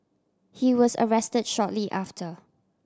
he was arrested shortly after